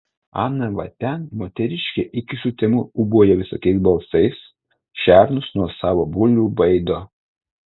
ana va ten moteriškė iki sutemų ūbauja visokiais balsais šernus nuo savo bulvių baido